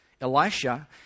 Elisha